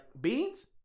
beans